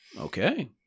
Okay